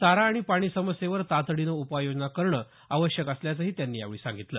चारा आणि पाणी समस्येवर तातडीनं उपाययोजना करणं आवश्यक असल्याचंही त्यांनी यावेळी सांगितलं